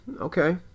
Okay